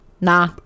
nah